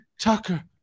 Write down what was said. Tucker